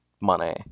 money